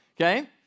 Okay